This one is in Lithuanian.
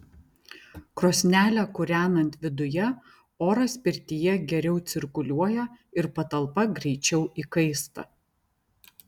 krosnelę kūrenant viduje oras pirtyje geriau cirkuliuoja ir patalpa greičiau įkaista